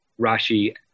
Rashi